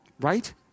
Right